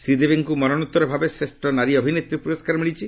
ଶ୍ରୀଦେବୀଙ୍କୁ ମରଣୋତ୍ତର ଭାବେ ଶ୍ରେଷ୍ଠ ନାରୀ ଅଭିନେତ୍ରୀ ପୁରସ୍କାର ମିଳିଛି